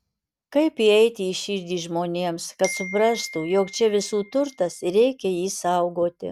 kaip įeiti į širdį žmonėms kad suprastų jog čia visų turtas ir reikia jį saugoti